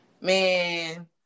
Man